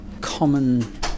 common